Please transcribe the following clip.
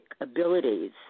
abilities